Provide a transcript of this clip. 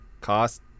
cost